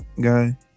guy